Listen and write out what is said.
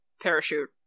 parachute